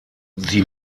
sie